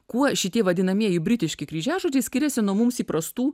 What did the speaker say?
kuo šitie vadinamieji britiški kryžiažodžiai skiriasi nuo mums įprastų